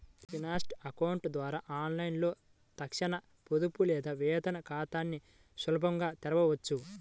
Insta account ద్వారా ఆన్లైన్లో తక్షణ పొదుపు లేదా వేతన ఖాతాని సులభంగా తెరవొచ్చు